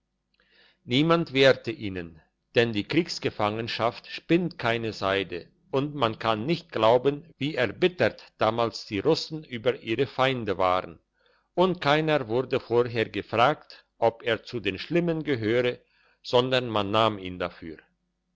niemand wehrte ihnen denn die kriegsgefangenschaft spinnt keine seide und man kann nicht glauben wie erbittert damals die russen über ihre feinde waren und keiner wurde vorher gefragt ob er zu den schlimmen gehöre sondern man nahm ihn dafür